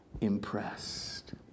impressed